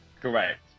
Correct